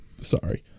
Sorry